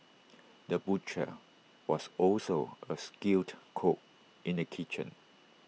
the butcher was also A skilled cook in the kitchen